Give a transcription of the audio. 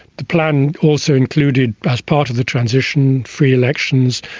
the plan also included as part of the transition free elections,